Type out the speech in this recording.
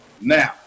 Now